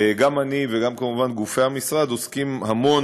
גם אני וגם כמובן גופי המשרד עוסקים המון